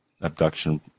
abduction